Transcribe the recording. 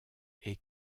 est